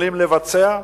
יכולים לבצע.